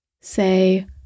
say